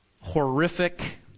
horrific